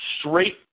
straight